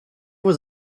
was